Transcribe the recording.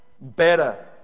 Better